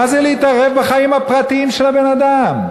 מה זה להתערב בחיים הפרטיים של הבן-אדם?